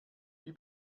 wie